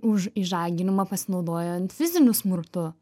už išžaginimą pasinaudojant fiziniu smurtu